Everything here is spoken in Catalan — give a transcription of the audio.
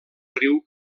riu